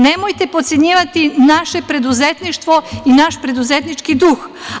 Nemojte potcenjivati naše preduzetništvo i naš preduzetnički duh.